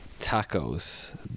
tacos